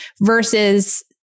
versus